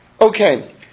Okay